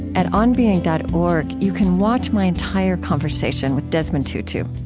at onbeing dot org you can watch my entire conversation with desmond tutu.